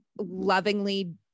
lovingly